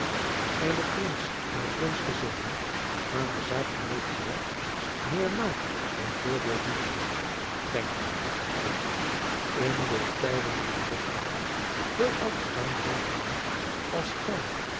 by den prins en de prinsgezinden aan de zaak van neef buat meer na dan voordeel doet denkt gy dat het in de tijden van dukdalf veel afgedaan zoû hebben als gy